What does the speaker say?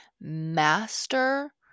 master